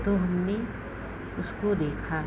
तो हमने उसको देखा